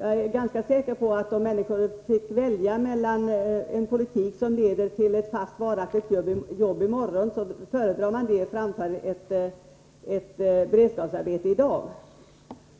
Jag är ganska säker på att om människor fick välja, skulle de föredra en politik som leder till en fast anställning i morgon framför en politik som leder till beredskapsarbete i dag.